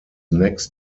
next